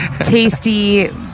tasty